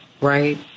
right